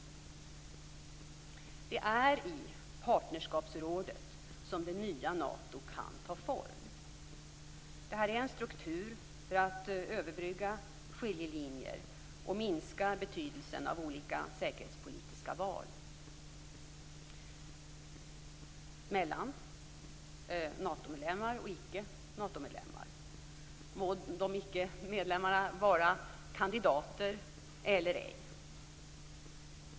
Det är i Partnerskapsrådet som det nya Nato kan ta form. Det här är en struktur för att överbrygga skiljelinjer och minska betydelsen av olika säkerhetspolitiska val mellan Natomedlemmar och icke Natomedlemmar - må icke-medlemmarna vara kandidater eller ej.